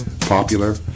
popular